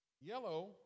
Yellow